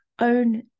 own